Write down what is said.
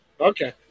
Okay